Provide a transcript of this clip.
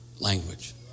language